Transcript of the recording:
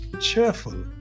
cheerful